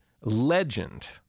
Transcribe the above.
legend